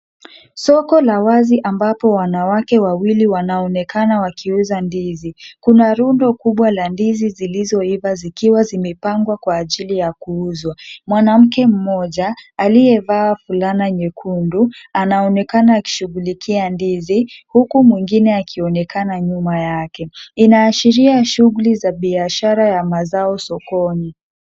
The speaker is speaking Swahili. Soko la wazi ambapo wanawake wawili wanaonekana wakiuza ndizi. Kuna rundo kubwa la ndizi zilizoiva zikiwa zimepangwa kwa ajili ya kuuzwa. Mwanamke mmoja, aliyevaa fulana nyekundu anaonekana akishughulikia ndizi huku mwingine akionekana nyuma yake. Inaashiria shughuli za biashara ya mazao sokoni.